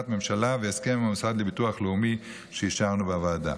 ממשלה והסכם עם המוסד לביטוח לאומי שאישרנו בוועדה.